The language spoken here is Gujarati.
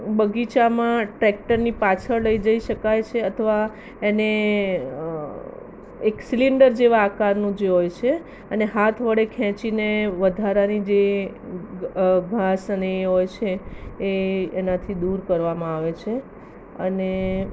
બગીચામાં ટ્રેક્ટરની પાછળ લઈ જઈ શકાય છે અથવા એને એક સિલિન્ડર જેવા આકારનું જ હોય છે અને હાથ વડે ખેંચીને વધારાની જે ઘાસને એ હોય છે એ એનાથી દૂર કરવામાં આવે છે અને